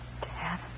Dad